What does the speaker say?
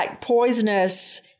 poisonous